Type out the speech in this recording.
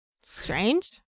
Strange